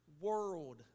world